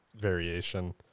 variation